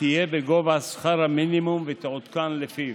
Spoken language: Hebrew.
תהיה בגובה שכר המינימום ותעודכן לפיו.